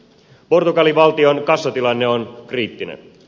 portugalin valtion kassatilanne on kriittinen